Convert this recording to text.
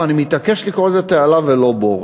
ואני מתעקש לקרוא לזה תעלה ולא בור.